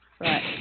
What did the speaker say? Right